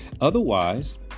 Otherwise